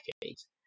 decades